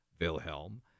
Wilhelm